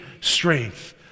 strength